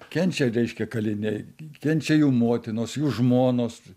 kenčia reiškia kaliniai kenčia jų motinos jų žmonos